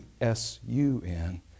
s-u-n